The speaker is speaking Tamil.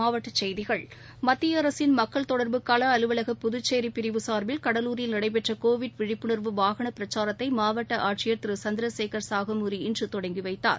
மாவட்ட செய்திகள் மத்திய அரசின் மக்கள் தொடர்பு கள அலுவலக புதுச்சேரி பிரிவு சார்பில் கடலூரில் நடைபெற்ற கோவிட் விழிப்புனர்வு வாகன பிரச்சரத்தை மாவட்ட ஆட்சியர் திரு சந்திரசேகர் சாகமூரி இன்று தொடங்கி வைத்தார்